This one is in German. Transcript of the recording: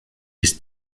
bis